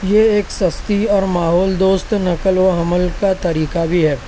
یہ ایک سَستی اور ماحول دوست نقل و حمل کا طریقہ بھی ہے